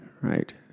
right